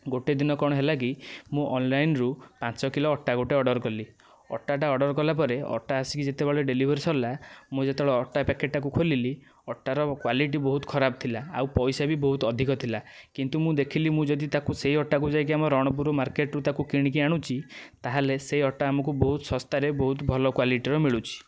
ଗୋଟିଏ ଦିନ କଣ ହେଲା କି ମୁଁ ଅନଲାଇନରୁ ପାଞ୍ଚ କିଲୋ ଅଟା ଗୋଟିଏ ଅର୍ଡ଼ର କଲି ଅଟା ଟା ଅର୍ଡ଼ର କଲାପରେ ଅଟା ଆସିକି ଯେତେବେଳେ ଡେଲିଭରୀ ସରିଲା ମୁଁ ଯେତେବେଳେ ଅଟା ପ୍ୟାକେଟ ଟାକୁ ଖୋଲିଲି ଅଟାର କ୍ୱାଲିଟି ବହୁତ ଖରାପ ଥିଲା ଆଉ ପଇସା ବି ବହୁତ ଅଧିକ ଥିଲା କିନ୍ତୁ ମୁଁ ଦେଖିଲି ମୁଁ ଯଦି ତାକୁ ସେଇ ଅଟାକୁ ଯାଇକି ଆମ ରଣପୁର ମାର୍କେଟରୁ ତାକୁ କିଣିକି ଆଣୁଛି ତାହେଲେ ସେ ଅଟା ଆମକୁ ବହୁତ ଶସ୍ତାରେ ବହୁତ ଭଲ କ୍ୱାଲିଟିର ମିଳୁଛି